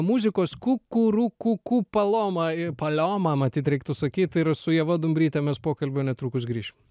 muzikos kukuruku kupaloma palioma matyt reiktų sakyt ir su ieva dumbryte mes pokalbio netrukus grįšim